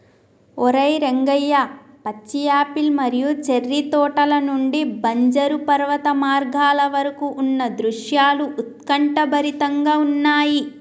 ఓరై రంగయ్య పచ్చి యాపిల్ మరియు చేర్రి తోటల నుండి బంజరు పర్వత మార్గాల వరకు ఉన్న దృశ్యాలు ఉత్కంఠభరితంగా ఉన్నయి